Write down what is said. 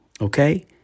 Okay